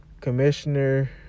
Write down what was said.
commissioner